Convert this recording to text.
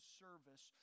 service